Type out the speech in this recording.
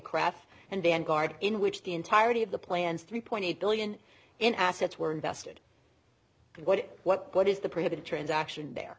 kraft and vanguard in which the entirety of the plans three point eight billion in assets were invested and what what what is the prohibited transaction there